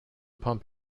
pump